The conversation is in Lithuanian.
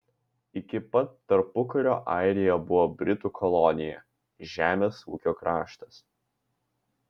iki pat tarpukario airija buvo britų kolonija žemės ūkio kraštas